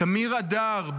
תמיר אדר,